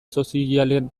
sozialen